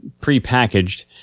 prepackaged